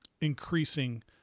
increasing